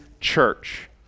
church